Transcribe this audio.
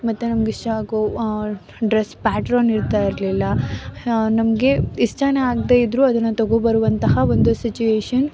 ಮತ್ತು ನಮ್ಗೆ ಇಷ್ಟ ಆಗೋ ಡ್ರಸ್ ಪ್ಯಾಟ್ರನ್ ಇರ್ತಾಯಿರ್ಲಿಲ್ಲ ಹಾ ನಮಗೆ ಇಷ್ಟನೇ ಆಗ್ದೇಯಿದ್ರೂ ಅದನ್ನು ತೊಗೊಂಡ್ಬರುವಂತಹ ಒಂದು ಸಿಚುವೇಶನ್